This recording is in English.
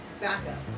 backup